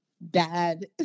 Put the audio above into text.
bad